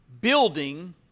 building